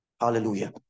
Hallelujah